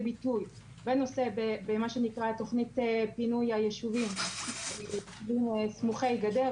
ביטוי בתוכנית פינוי היישובים סמוכי גדר,